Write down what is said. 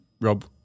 Rob